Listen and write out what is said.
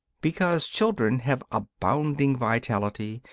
because children have abounding vitality,